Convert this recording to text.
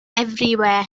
everywhere